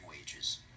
wages